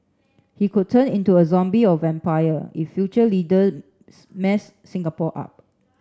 he could turn into a zombie or vampire if future leaders mess Singapore up